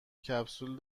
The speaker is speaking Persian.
کپسول